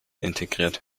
integriert